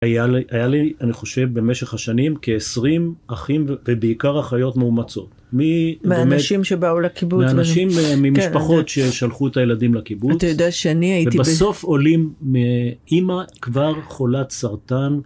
היה לי, אני חושב, במשך השנים כעשרים אחים ובעיקר אחיות מאומצות. מהאנשים שבאו לקיבוץ. מהאנשים ממשפחות ששלחו את הילדים לקיבוץ. ובסוף עולים מאימא כבר חולה סרטן.